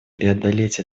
преодолеть